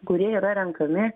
kurie yra renkami